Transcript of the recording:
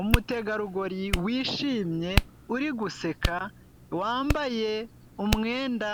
Umutegarugori wishimye uri guseka, wambaye umwenda